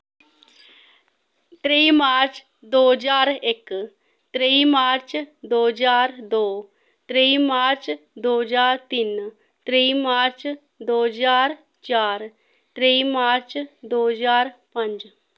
त्रेही March दो ज्हार इक्क त्रेही मार्च दो ज्हार दो त्रेही मार्च दो ज्हार तिन्न त्रेही मार्च दो ज्हार चार त्रेही मार्च दो ज्हार पंज